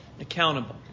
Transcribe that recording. accountable